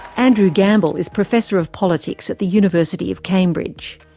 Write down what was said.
andrew gamble is professor of politics at the university of cambridge.